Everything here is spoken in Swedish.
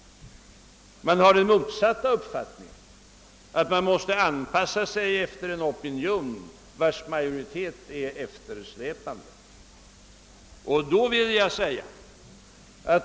Den har i stället den motsatta uppfattningen, nämligen att man måste anpassa sig ef ter en opinion vars majoritet är eftersläpande.